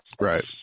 Right